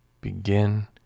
begin